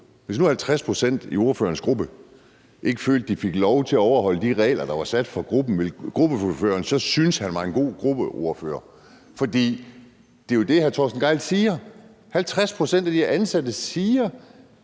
Hvis nu 50 pct. i ordførerens gruppe ikke følte, de fik lov til at overholde de regler, der var sat for gruppen, ville gruppeformanden så synes, han var en god gruppeformand? For det er jo det, hr. Torsten Gejl siger. 50 pct. af de ansatte siger,